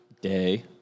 day